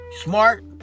Smart